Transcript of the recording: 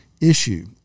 issue